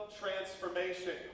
transformation